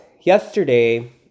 yesterday